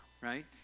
right